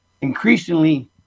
increasingly